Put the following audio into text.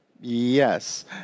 yes